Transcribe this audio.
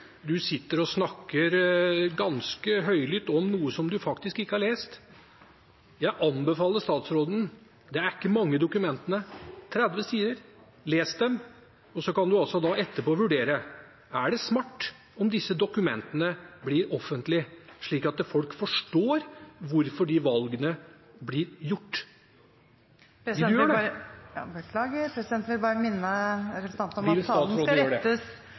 Du snakker ganske høylytt om noe du faktisk ikke har lest. Jeg anbefaler statsråden å lese dokumentene – det er ikke mye, det er 30 sider. Les dem, og så kan du etterpå vurdere om det er smart at disse dokumentene blir offentlige, slik at folk forstår hvorfor disse valgene blir gjort. Vil statsråden gjøre det? Presidenten vil minne representanten om at talen skal